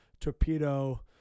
torpedo